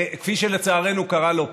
כפי שלצערנו קרה לא פעם.